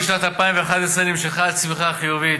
בשנת 2011 נמשכה הצמיחה החיובית,